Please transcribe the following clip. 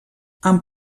amb